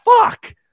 fuck